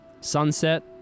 sunset